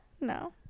No